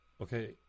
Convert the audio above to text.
Okay